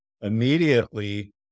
immediately